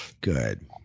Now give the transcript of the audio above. Good